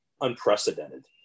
unprecedented